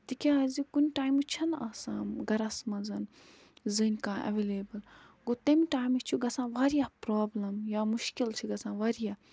تِکیازِ کُنہِ ٹایمہٕ چھنہٕ آسان گرَس منٛزن زٔنۍ کانہہ ایویلیبٕل گوٚو تَمہِ ٹایمہٕ چھُ گژھان واریاہ پرابلِم یا مُشکِل چھ گژھان واریاہ